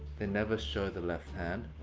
they never show the left hand,